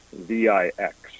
V-I-X